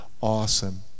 Awesome